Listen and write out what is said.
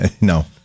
no